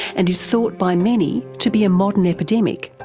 and is thought by many to be a modern epidemic,